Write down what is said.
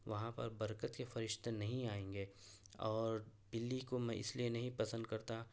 وہاں پر برکت کے فرشتے نہیں آئیں گے اور بلی کو میں اس لیے نہیں پسند کرتا